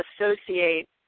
Associate